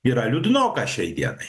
yra liūdnoka šiai dienai